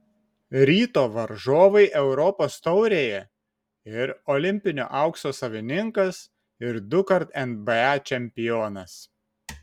ryto varžovai europos taurėje ir olimpinio aukso savininkas ir dukart nba čempionas